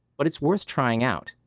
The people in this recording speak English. but it's worth trying out.